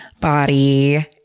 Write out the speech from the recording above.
body